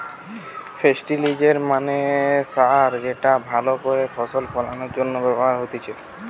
ফেস্টিলিজের মানে সার যেটা ভালো করে ফসল ফলনের জন্য ব্যবহার হতিছে